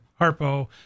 Harpo